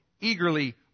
eagerly